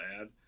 add